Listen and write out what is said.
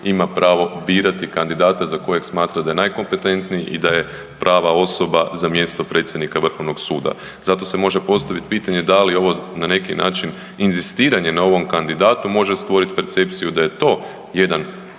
ima pravo birati kandidata za kojeg smatra da je najkompetentniji i da je prava osoba za mjesto predsjednika Vrhovnog suda. Zato se može postavit pitanje da li ovo na neki način inzistiranje na ovom kandidatu može stvoriti percepciju da je to jedna